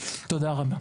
תודה רבה.